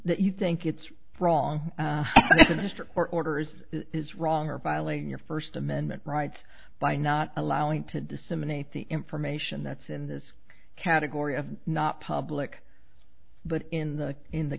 that you think it's wrong or orders is wrong or violating your first amendment rights by not allowing to disseminate the information that's in this category of not public but in the in the